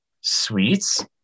sweets